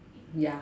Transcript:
ya